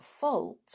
fault